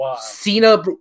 Cena